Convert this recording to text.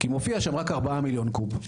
מופיע שם רק ארבעה מיליון קוב.